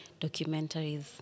documentaries